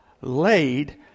laid